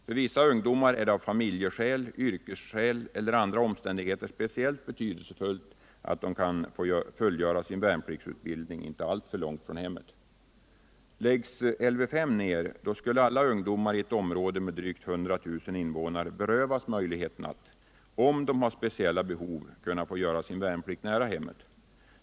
För vissa ungdomar är det av familjeskäl, yrkesskäl eller andra omständigheter speciellt betydelsefullt att de kan få fullgöra sin värnpliktsutbildning inte alltför långt från hemmet. invånare berövas möjlighet att — om de har speciella behov — få göra sin värnplikt nära hemmet.